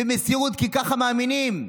במסירות, כי ככה הם מאמינים.